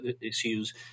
issues